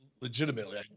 legitimately